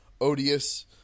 odious